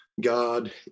God